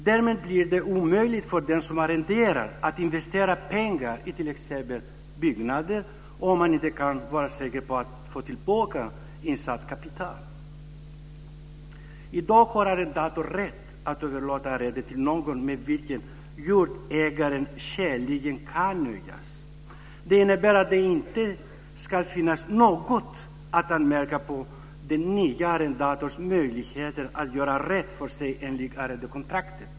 Därmed blir det omöjligt för den som arrenderar att investera pengar i t.ex. byggnader, om man inte kan vara säker på att få tillbaka insatt kapital. I dag har arrendatorn rätt att överlåta arrendet till någon med vilken "jordägaren skäligen kan nöjas". Det innebär att det inte ska finnas något att anmärka på den nya arrendatorns möjligheter att göra rätt för sig enligt arrendekontraktet.